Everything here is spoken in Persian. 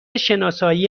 شناسایی